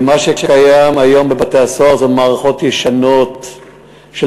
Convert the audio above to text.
ומה שקיים היום בבתי-הסוהר זה מערכות ישנות של